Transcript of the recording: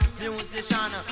musician